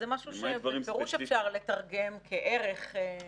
זה משהו שבפירוש אפשר לתרגם כערך.